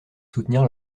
soutenir